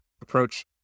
approach